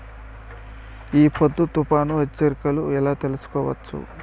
ఈ పొద్దు తుఫాను హెచ్చరికలు ఎలా తెలుసుకోవచ్చు?